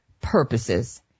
purposes